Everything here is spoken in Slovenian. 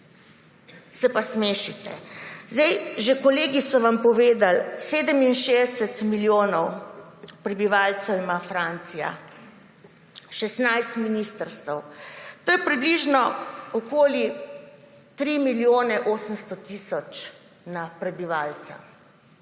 Se pa smešite. Že kolegi so vam povedali, 67 milijonov prebivalcev ima Francija in 16 ministrstev. To je približno okoli 3 milijone 800 tisoč na prebivalca.